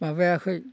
माबायाखै